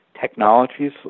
technologies